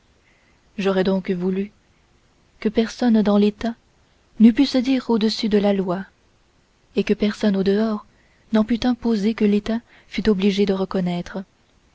j'aurais donc voulu que personne dans l'état n'eût pu se dire au-dessus de la loi et que personne au-dehors n'en pût imposer que l'état fût obligé de reconnaître